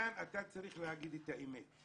כאן אתה צריך להגיד את האמת.